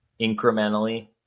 Incrementally